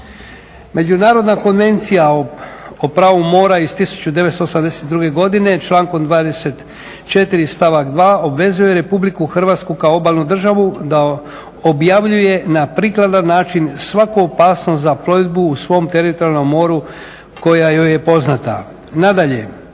Međunarodna konvencija o pravu mora iz 1982. godine člankom 24. stavak 2. obvezuje RH kao obalnu državu da objavljuje na prikladan način svaku opasnost za plovidbu u svom teritorijalnom moru koja joj je poznata. Nadalje,